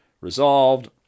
resolved